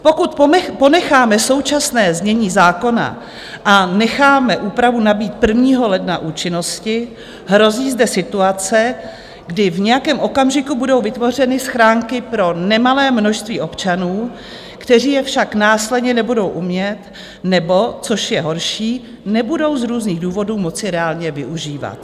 Pokud ponecháme současné znění zákona a necháme úpravu nabýt 1. ledna účinnosti, hrozí zde situace, kdy v nějakém okamžiku budou vytvořeny schránky pro nemalé množství občanů, kteří je však následně nebudou umět nebo, což je horší nebudou z různých důvodů moci reálně využívat.